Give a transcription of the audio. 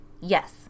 yes